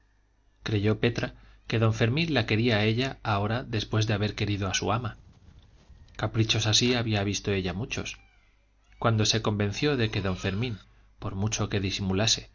creyó petra que don fermín la quería a ella ahora después de haber querido a su ama caprichos así había visto ella muchos cuando se convenció de que don fermín por mucho que disimulase